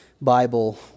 Bible